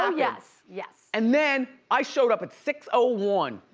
um yes, yes. and then i showed up at six ah one,